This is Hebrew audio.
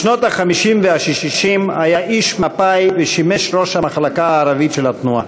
בשנות ה-50 וה-60 היה איש מפא"י ושימש ראש המחלקה הערבית של התנועה.